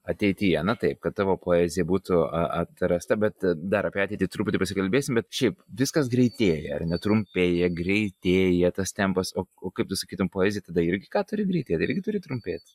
ateityje na taip kad tavo poezija būtų atrasta bet dar apie ateitį truputį pasikalbėsim bet šiaip viskas greitėja ar ne trumpėja greitėja tas tempas o o kaip tu sakytum poezija tada irgi ką turi greit ir irgi turi trumpėt